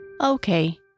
Okay